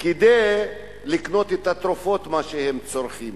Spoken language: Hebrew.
כדי לקנות את התרופות שהם צורכים.